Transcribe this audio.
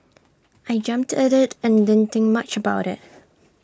I jumped at IT and didn't think much about IT